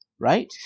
Right